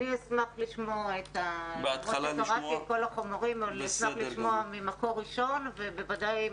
למרות שקראתי את כל החומרים אני אשמח לשמוע ממקור ראשון ובוודאי אני